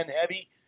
heavy